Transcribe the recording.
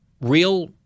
real